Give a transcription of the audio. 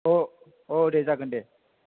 औ औ दे जागोन दे